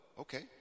okay